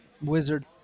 wizard